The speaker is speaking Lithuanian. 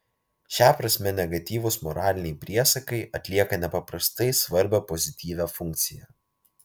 šia prasme negatyvūs moraliniai priesakai atlieka nepaprastai svarbią pozityvią funkciją